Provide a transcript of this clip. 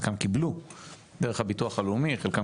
חלקם קיבלו פנסיות דרך ביטוח לאומי וחלקם